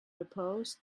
opposed